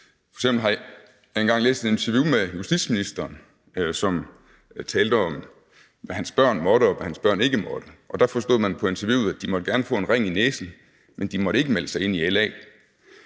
glæde. Jeg har f.eks. engang læst et interview med justitsministeren, som talte om, hvad hans børn måtte, og hvad hans børn ikke måtte, og der forstod man på interviewet, at de gerne måtte få en ring i næsen, men de måtte ikke melde sig ind i LA.